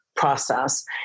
process